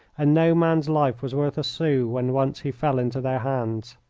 and no man's life was worth a sou when once he fell into their hands.